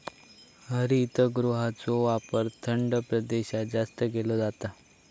हरितगृहाचो वापर थंड प्रदेशात जास्त केलो जाता